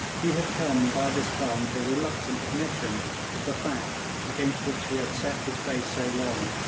he had come by this time to a reluctant admission of the fact against which he had set his face so long,